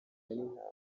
n’intambara